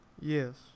Yes